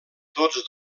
tots